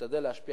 ומשתדל להשפיע,